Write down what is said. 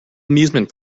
amusement